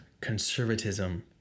conservatism